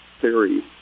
theory